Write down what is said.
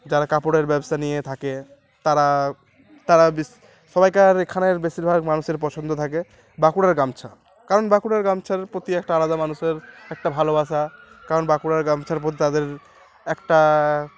যারা কাপড়ের ব্যবসা নিয়ে থাকে তারা তারা সবাইকার এখানের বেশিরভাগ মানুষের পছন্দ থাকে বাঁকুড়ের গামছা কারণ বাঁকুড়ের গামছার প্রতি একটা আলাদা মানুষের একটা ভালোবাসা কারণ বাঁকুড়ার গামছার প্রতি তাদের একটা